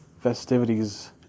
festivities